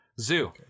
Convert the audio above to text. zoo